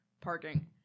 parking